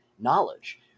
knowledge